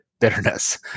bitterness